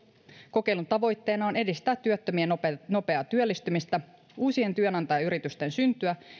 kokeilun tavoitteena on edistää työttömien nopeaa nopeaa työllistymistä uusien työnantajayritysten syntyä ja